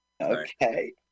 Okay